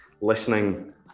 listening